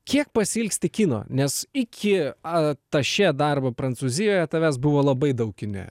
kiek pasiilgsti kino nes iki atašė darbo prancūzijoje tavęs buvo labai daug kine